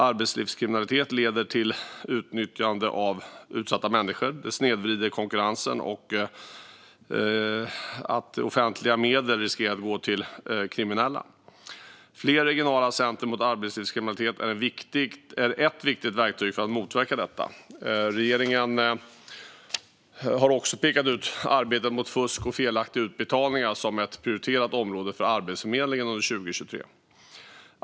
Arbetslivskriminalitet leder till utnyttjande av utsatta människor, till snedvriden konkurrens och till att offentliga medel riskerar att gå till kriminella. Fler regionala center mot arbetslivskriminalitet är ett viktigt verktyg för att motverka detta. Regeringen har också pekat ut arbetet mot fusk och felaktiga utbetalningar som ett prioriterat område för Arbetsförmedlingen under 2023.